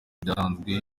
byatanzwe